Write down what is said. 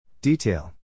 Detail